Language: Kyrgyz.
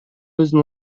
өзүн